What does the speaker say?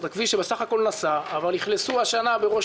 כביש 5 בסך הכול נסע אבל אכלסו השנה בראש